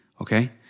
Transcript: Okay